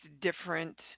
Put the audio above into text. different